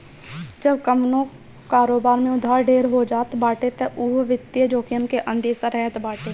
जब कवनो कारोबार में उधार ढेर हो जात बाटे तअ उहा वित्तीय जोखिम के अंदेसा रहत बाटे